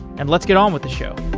and let's get on with the show. are